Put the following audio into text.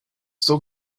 still